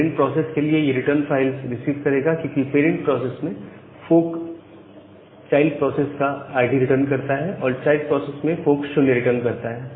parent process के लिए यह रिटर्न फॉल्स रिसीव करेगा क्योंकि पेरेंट प्रोसेस में फोर्क चाइल्ड प्रोसेस का आईडी रिटर्न करता है और चाइल्ड प्रोसेस में फोर्क 0 रिटर्न करता है